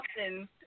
often